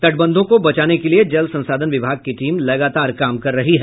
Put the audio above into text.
तटबंधों को बचाने के लिये जल संसाधन विभाग की टीम लगातार काम कर रही है